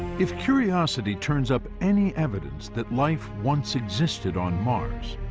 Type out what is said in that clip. if curiosity turns up any evidence that life once existed on mars,